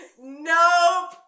Nope